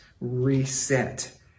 reset